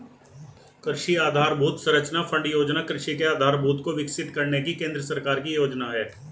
कृषि आधरभूत संरचना फण्ड योजना कृषि के आधारभूत को विकसित करने की केंद्र सरकार की योजना है